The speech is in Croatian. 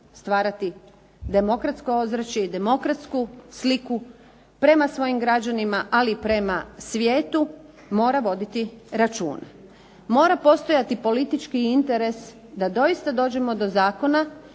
stvarati demokratsko ozračje i demokratsku sliku prema svojim građanima ali i prema svijetu mora voditi računa. Mora postojati politički interes da doista dođemo do zakona